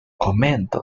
commented